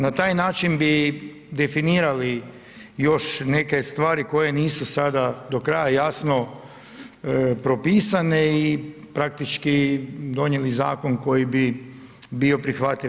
Na taj način bi definirali još neke stvari koje nisu sada do kraja jasno propisane i praktički donijeli zakon koji bi bio prihvatljiv.